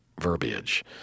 verbiage